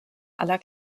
aller